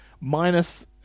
minus